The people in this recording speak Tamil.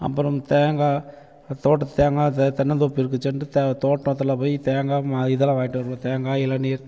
அப்புறம் தேங்காய் தோட்டத்து தேங்காய் தென்னந்தோப்பிற்கு சென்று த தோட்டத்தில் போய் தேங்காய் ம இதெல்லாம் வாங்கிட்டு வந்து தேங்காய் இளநீர்